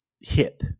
hip